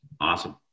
Awesome